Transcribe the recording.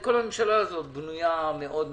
כל הממשלה הזאת בנויה מאוד משונה.